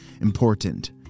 important